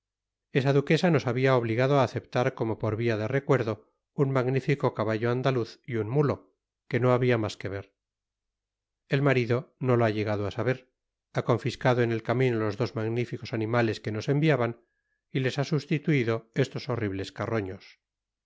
esa duquesa nos habia obligado á aceptar como por via de recuerdo un magnifico caballo andaluz y un muto que no habia mas que ver et marido lo ha llegado á saber ha confiscado en el camino los dos magnificos animales que nos enviaban y les ha sustituido estos horribles carroños